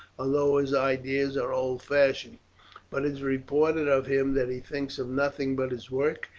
although his ideas are old fashioned but it is reported of him that he thinks of nothing but his work,